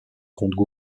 compte